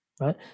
right